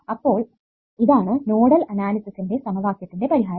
അപ്പോൾ ഇതാണ് നോഡൽ അനാലിസിസിന്റെ സമവാക്യത്തിന്റെ പരിഹാരം